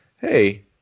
Hey